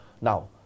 now